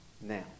now